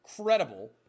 credible